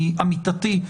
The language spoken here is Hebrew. מעמיתתי,